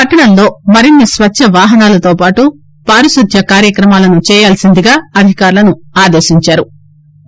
పట్టణంలో మరిన్ని స్వచ్చ వాహనాలతో పాటు పారిశుద్ద్య కార్యక్రమాలను చేయాల్సిందిగా అధికారులను ఆదేశించిన మంఁతి కేటీఆర్